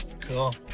Cool